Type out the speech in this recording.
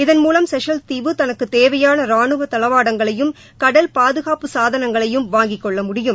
இதன் மூலம் செஷல்ஸ் தீவு தனக்கு தேவையான ரானுவ தளவாடங்களையும் கடல் பாதுகாப்பு சாதனங்களையும் வாங்கிக் கொள்ள முடியும்